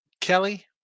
Kelly